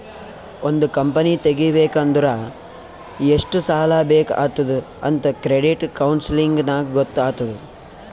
ಒಂದ್ ಕಂಪನಿ ತೆಗಿಬೇಕ್ ಅಂದುರ್ ಎಷ್ಟ್ ಸಾಲಾ ಬೇಕ್ ಆತ್ತುದ್ ಅಂತ್ ಕ್ರೆಡಿಟ್ ಕೌನ್ಸಲಿಂಗ್ ನಾಗ್ ಗೊತ್ತ್ ಆತ್ತುದ್